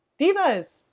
divas